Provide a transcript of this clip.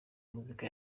muzika